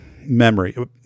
memory